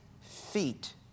feet